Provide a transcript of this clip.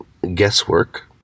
guesswork